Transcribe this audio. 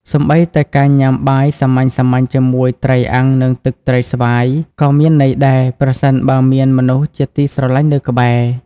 សូម្បីតែការញ៉ាំបាយសាមញ្ញៗជាមួយ "ត្រីអាំង និងទឹកត្រីស្វាយ" ក៏មានន័យដែរ ប្រសិនបើមានមនុស្សជាទីស្រឡាញ់នៅក្បែរ។